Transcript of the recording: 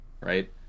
right